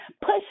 push